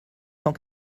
cent